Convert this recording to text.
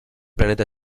planeta